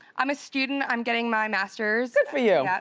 i'm a student, i'm getting my master's. good for you.